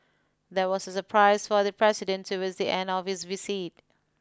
there was a surprise for the president towards the end of his visit